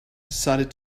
decided